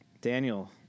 Daniel